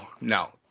no